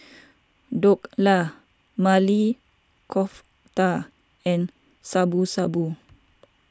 Dhokla Maili Kofta and Shabu Shabu